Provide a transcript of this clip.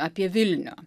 apie vilnių